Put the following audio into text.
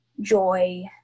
joy